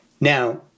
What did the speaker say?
Now